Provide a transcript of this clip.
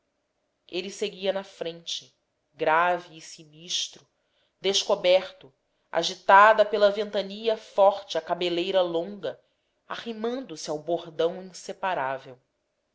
ele seguia na frente grave e sinistro descoberto agitada pela ventania forte a cabeleira longa arrimando se ao bordão